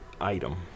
item